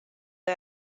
the